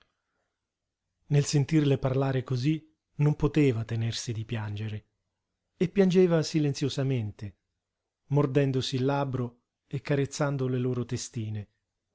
nel sentirle parlare cosí non poteva tenersi di piangere e piangeva silenziosamente mordendosi il labbro e carezzando le loro testine